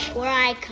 where i come